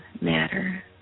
matter